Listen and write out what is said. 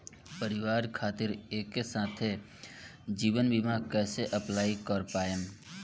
परिवार खातिर एके साथे जीवन बीमा कैसे अप्लाई कर पाएम?